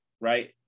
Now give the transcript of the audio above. right